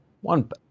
One